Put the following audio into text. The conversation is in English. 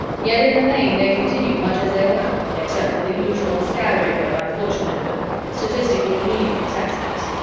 yet in the main they continue much as they were, except for the usual scattering of unfortunate but statistically meaningless accidents.